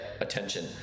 attention